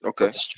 Okay